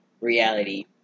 reality